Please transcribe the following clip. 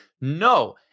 No